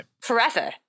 forever